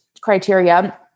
criteria